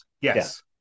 Yes